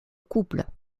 couple